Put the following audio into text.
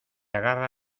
agarra